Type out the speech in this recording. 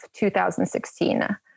2016